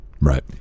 Right